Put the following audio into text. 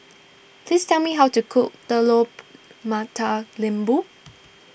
please tell me how to cook Telur Mata Lembu